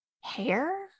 hair